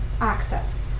actors